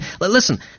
Listen